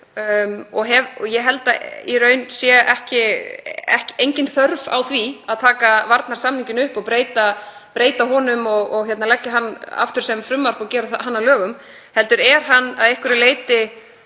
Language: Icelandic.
Ég held að í raun sé engin þörf á því að taka varnarsamninginn upp og breyta honum og leggja hann aftur fram sem frumvarp og gera að lögum, heldur sé hann að einhverju leyti,